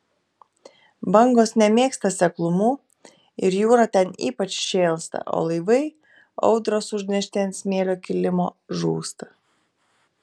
bangos nemėgsta seklumų ir jūra ten ypač šėlsta o laivai audros užnešti ant smėlio kilimo žūsta